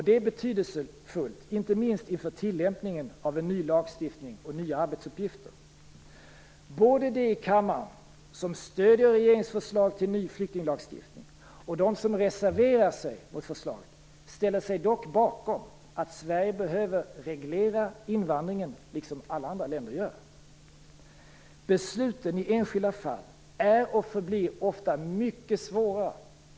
Det är betydelsefullt, inte minst inför tillämpningen av en ny lagstiftning och nya arbetsuppgifter. Både de i kammaren som stöder regeringens förslag till ny flyktinglagstiftning och de som reserverar sig mot förslaget, ställer sig dock bakom att Sverige behöver reglera invandringen precis som alla andra länder gör. Besluten i enskilda fall är och förblir ofta mycket svåra.